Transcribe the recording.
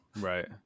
Right